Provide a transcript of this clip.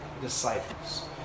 disciples